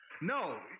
No